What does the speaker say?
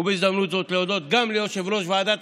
ובהזדמנות זו להודות ליושב-ראש ועדת